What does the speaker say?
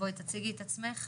תציגי את עצמך.